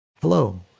hello